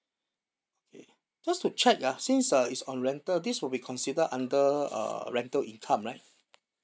okay just to check ah since uh it's on rental this will be considered under uh rental income right